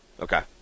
Okay